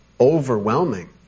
overwhelming